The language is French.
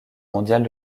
mondiale